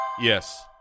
Yes